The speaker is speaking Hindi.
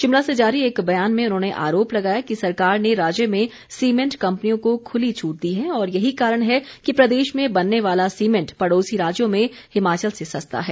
शिमला से जारी एक बयान में उन्होंने आरोप लगाया कि सरकार ने राज्य में सीमेंट कम्पनियों को खुली छूट दी है और यही कारण है कि प्रदेश में बनने वाला सीमेंट पड़ोसी राज्यों में हिमाचल से सस्ता है